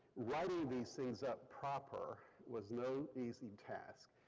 writing these things up proper was no easy task.